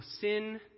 sin